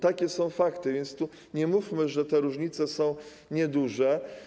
Takie są fakty, więc nie mówmy, że te różnice są nieduże.